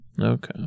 Okay